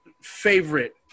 favorite